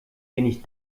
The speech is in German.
wenig